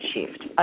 shift